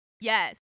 yes